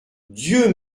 dieu